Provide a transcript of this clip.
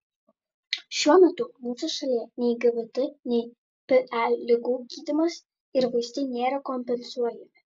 šiuo metu mūsų šalyje nei gvt nei pe ligų gydymas ir vaistai nėra kompensuojami